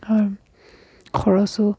খৰচো